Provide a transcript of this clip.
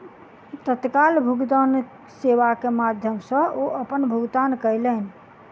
तत्काल भुगतान सेवा के माध्यम सॅ ओ अपन भुगतान कयलैन